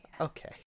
Okay